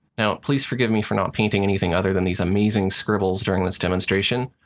now please forgive me for not painting anything other than these amazing scribbles during this demonstration.